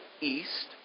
east